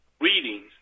readings